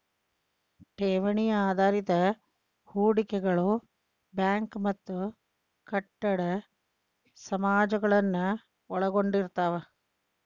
ಠೇವಣಿ ಆಧಾರಿತ ಹೂಡಿಕೆಗಳು ಬ್ಯಾಂಕ್ ಮತ್ತ ಕಟ್ಟಡ ಸಮಾಜಗಳನ್ನ ಒಳಗೊಂಡಿರ್ತವ